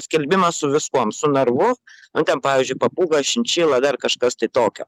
skelbimą su viskuom su narvu nu ten pavyzdžiui papūgą šinšilą dar kažkas tai tokio